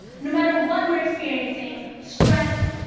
no matter what we're experiencing stress,